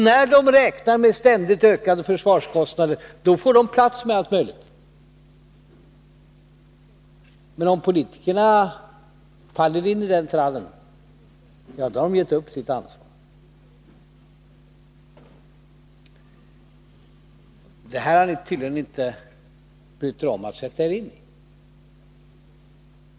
När man räknar med ständigt ökade försvarskostnader, får man plats med allt möjligt. Men om politikerna faller in i den trallen, har de gett upp sitt ansvar. Det här har ni tydligen inte brytt er om att sätta er in i.